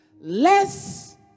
less